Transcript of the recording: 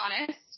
honest